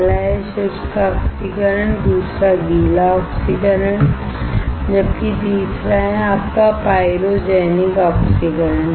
पहला है शुष्क ऑक्सीकरण दूसरा गीला ऑक्सीकरण जबकि तीसरा है आपका पाइरोजेनिक ऑक्सीकरण